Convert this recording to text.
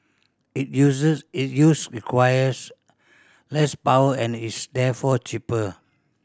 it uses it use requires less power and is therefore cheaper